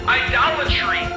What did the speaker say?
idolatry